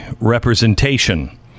representation